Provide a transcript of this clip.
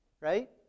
Right